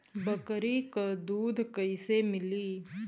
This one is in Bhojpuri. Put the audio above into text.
बकरी क दूध कईसे मिली?